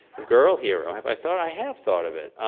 a girl hero? have i thought? i have thought of it.